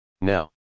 Now